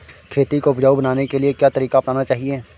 खेती को उपजाऊ बनाने के लिए क्या तरीका अपनाना चाहिए?